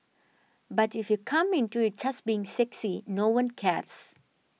but if you come into it just being sexy no one cares